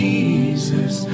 Jesus